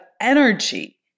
energy